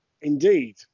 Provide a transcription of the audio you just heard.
Indeed